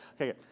Okay